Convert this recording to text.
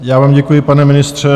Já vám děkuji, pane ministře.